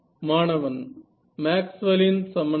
மாணவன் மேக்ஸ்வெல் இன் சமன்பாடு